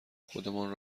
خودمان